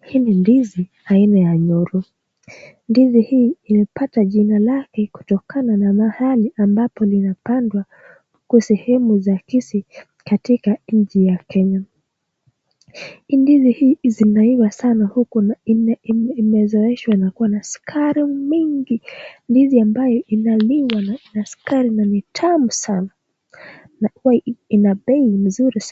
Hii ni ndizi aina ya nyoru .Ndizi hii imepata jina lake kutokana na mahali ambapo limepandwa huko sehemu za Kisii katika nchi ya Kenya. Ndizi hii imeiva sana na kuzoeshwa kuwa na sukari mingi. Ndizi ambayo inaliwa na sukari na ni tamu sana. Na pia ina bei mzuri